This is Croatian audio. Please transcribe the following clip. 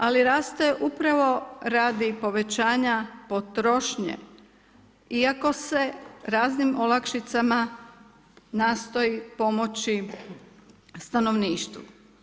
Ali raste upravo radi povećanja potrošnje, iako se raznim olakšicama nastoji pomoći stanovništvu.